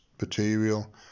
material